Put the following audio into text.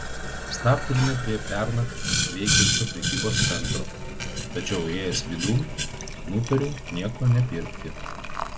stabtelime prie pernakt veikiančio prekybos centro tačiau įėjęs vidun nutariu nieko nepirkti